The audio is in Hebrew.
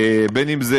בין אם זה